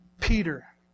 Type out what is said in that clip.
Peter